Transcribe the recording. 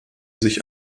sich